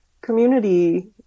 community